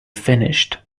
finished